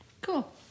Cool